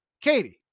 Katie